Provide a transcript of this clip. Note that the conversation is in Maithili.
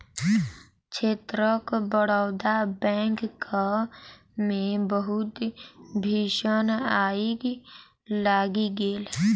क्षेत्रक बड़ौदा बैंकक मे बहुत भीषण आइग लागि गेल